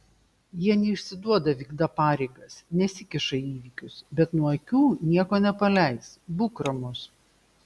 jie neišsiduoda vykdą pareigas nesikiša į įvykius bet nuo akių nieko nepaleis būk ramus